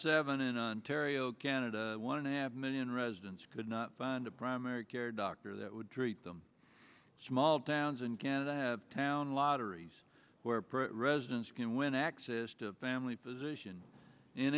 seven in ontario canada want to have million residents could not find a primary care doctor that would treat them small towns and canada have town lotteries where residents can win access to family physician in